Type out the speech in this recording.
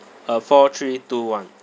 uh four three two one